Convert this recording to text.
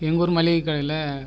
எங்கள் ஊரு மளிகைக் கடையில்